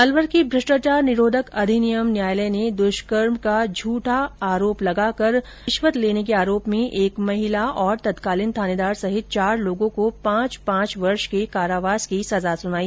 अलवर की भ्रष्टाचार निरोधक अधिनियम न्यायालय ने दुष्कर्म का झूठा आरोप लगाकर रिश्वत लेने के आरोप में एक महिला और तत्कालीन थानेदार सहित चार लोगों को पांच पांच वर्ष के कारावास की सजा सुनाई